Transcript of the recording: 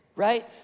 Right